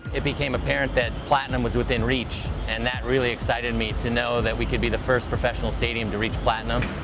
it became apparent that platinum was within reach and that really excited me to know that we could be the first professional stadium to reach platinum.